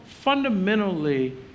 fundamentally